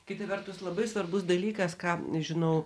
kita vertus labai svarbus dalykas ką nežinau